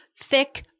thick